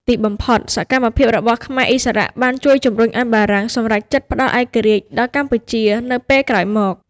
ទីបំផុត សកម្មភាពរបស់ខ្មែរឥស្សរៈបានជួយជំរុញឱ្យបារាំងសម្រេចចិត្តផ្តល់ឯករាជ្យដល់កម្ពុជានៅពេលក្រោយមក។